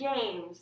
games